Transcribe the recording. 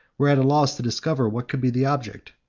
were at a loss to discover what could be the object,